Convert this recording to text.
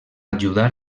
ajudar